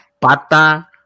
pata